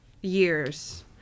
years